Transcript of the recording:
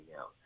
out